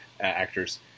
actors